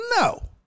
No